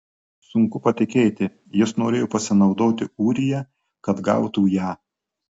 sunku patikėti jis norėjo pasinaudoti ūrija kad gautų ją